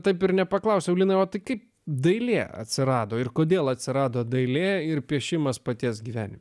taip ir nepaklausiau lina o tai kaip dailė atsirado ir kodėl atsirado dailė ir piešimas paties gyvenime